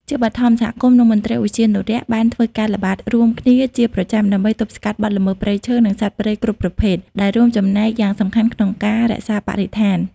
ជាបឋម សហគមន៍ និងមន្ត្រីឧទ្យានុរក្សបានធ្វើការល្បាតរួមគ្នាជាប្រចាំ ដើម្បីទប់ស្កាត់បទល្មើសព្រៃឈើ និងសត្វព្រៃគ្រប់ប្រភេទ ដែលរួមចំណែកយ៉ាងសំខាន់ក្នុងការរក្សាបរិស្ថាន។